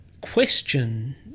question